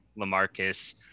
Lamarcus